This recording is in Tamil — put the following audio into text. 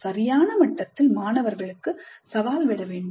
சரியான மட்டத்தில் மாணவர்களுக்கு சவால் விடவேண்டும்